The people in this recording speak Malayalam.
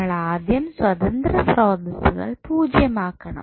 നമ്മളാദ്യം സ്വതന്ത്ര സ്രോതസ്സുകൾ പൂജ്യം ആകണം